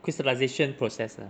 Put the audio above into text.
crystallisation process ah